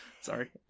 Sorry